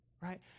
right